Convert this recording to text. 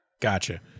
Gotcha